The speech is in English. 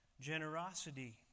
generosity